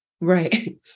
right